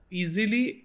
easily